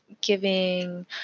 giving